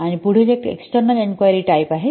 आणि पुढील एक एक्सटर्नल इन्क्वायरी टाईप आहेत